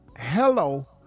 hello